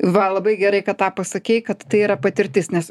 va labai gerai kad pasakei kad tai yra patirtis nes